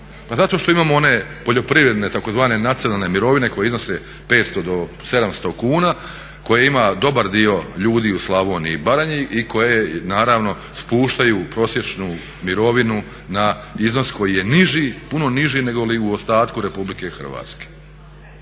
zato što imamo one poljoprivredne tzv. nacionalne mirovine koje iznose 500 do 700 kuna, koje ima dobar dio ljudi u Slavoniji i Baranji koje naravno spuštaju prosječnu mirovinu na iznos koji je niži, puno niži nego li u ostatku RH.